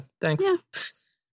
thanks